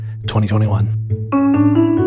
2021